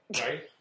Right